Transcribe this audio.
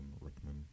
Rickman